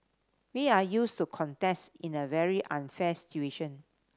we are used to contest in a very unfair situation